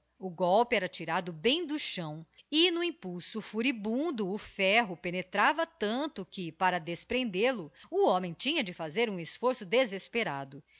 o golpe era tirado bem do chão e no impulso furibundo o terro penetrava tanto que para desprendel o o homem tinha de fazer um esforço desesperado